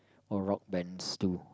or rock bands too